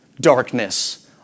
darkness